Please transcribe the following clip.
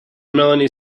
melanie